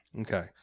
Okay